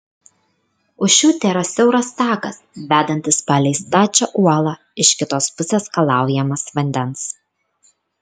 už šių tėra siauras takas vedantis palei stačią uolą iš kitos pusės skalaujamas vandens